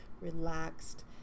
relaxed